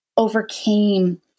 Overcame